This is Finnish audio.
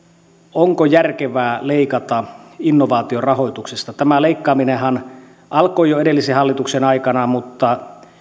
onko järkevää leikata innovaatiorahoituksesta tämä leikkaaminenhan alkoi jo edellisen hallituksen aikana mutta